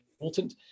important